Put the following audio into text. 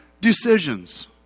decisions